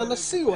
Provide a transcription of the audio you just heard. הנשיא הוא נשיא.